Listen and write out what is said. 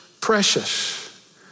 precious